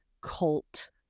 cult